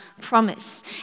promise